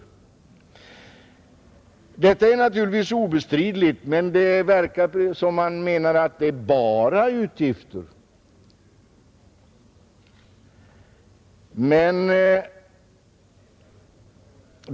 Detta är obestridligt, men det verkar som om man menar att det bara är utgifter.